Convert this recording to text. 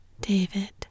David